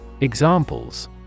Examples